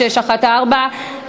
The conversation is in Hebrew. מס' 1614,